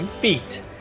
feet